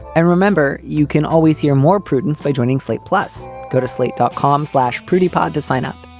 and remember, you can always hear more prudence by joining slate. plus, go to slate, dot com slash pretty pod to sign up.